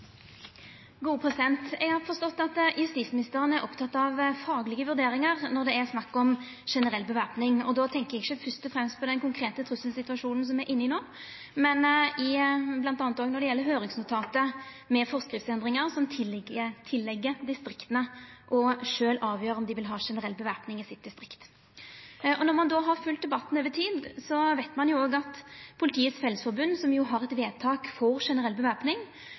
Eg har forstått at justisministeren er oppteken av faglege vurderingar når det er snakk om generell væpning. Då tenker eg ikkje først og fremst på den konkrete trusselsituasjonen som me er inne i no, men bl.a. på høyringsnotatet med forskriftsendringar, som legg til distrikta sjølve å avgjera om dei vil ha generell væpning i distriktet sitt. Når ein har følgt debatten over tid, veit ein at Politiets Fellesforbund, som jo har eit vedtak for generell